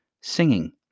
singing